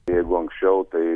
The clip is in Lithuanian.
jeigu anksčiau tai